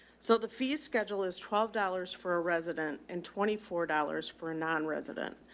so the fee schedule is twelve dollars for a resident in twenty four dollars for a non resident.